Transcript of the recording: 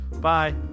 Bye